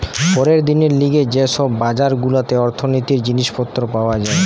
পরের দিনের লিগে যে সব বাজার গুলাতে অর্থনীতির জিনিস পত্র পাওয়া যায়